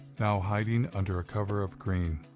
now hiding under a cover of green.